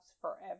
forever